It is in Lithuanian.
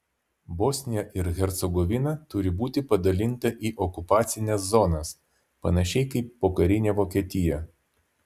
bosnija ir hercegovina turi būti padalinta į okupacines zonas panašiai kaip pokarinė vokietija